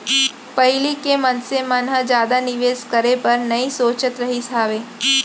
पहिली के मनसे मन ह जादा निवेस करे बर नइ सोचत रहिस हावय